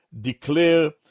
declare